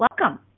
Welcome